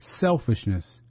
selfishness